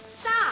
Stop